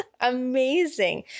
amazing